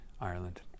ireland